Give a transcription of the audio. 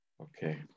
Okay